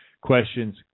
questions